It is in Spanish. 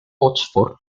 oxford